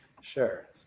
Sure